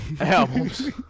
albums